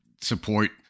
support